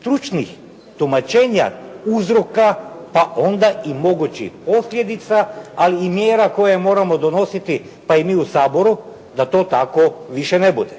stručnih tumačenja uzroka, pa onda i mogućih posljedica, ali i mjera koje moramo donositi pa i mi u Saboru da to tako više ne bude.